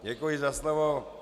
Děkuji za slovo.